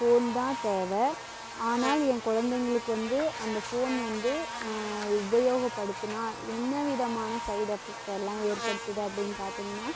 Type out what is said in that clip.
phone தான் தேவை ஆனால் ஏன் குழந்தைங்களுக்கு வந்து அந்த ஃபோன் வந்து உபயோகப்படுத்துன்னா என்ன விதமான சைடு எஃபெக்ட்டெல்லாம் ஏற்படுத்துது அப்படின்னு பார்த்திங்கன்னா